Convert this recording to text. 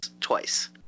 twice